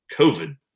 COVID